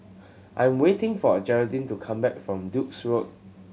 I am waiting for Jeraldine to come back from Duke's Road